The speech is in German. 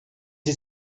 sie